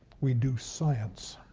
we do science.